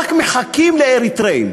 רק מחכים לאריתריאים